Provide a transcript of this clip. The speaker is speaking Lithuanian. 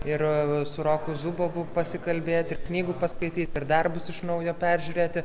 ir su roku zubovu pasikalbėti ir knygų paskaityt ir darbus iš naujo peržiūrėti